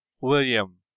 William